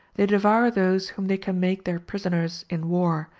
they devour those whom they can make their prisoners in war,